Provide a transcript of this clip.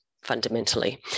fundamentally